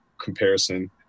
comparison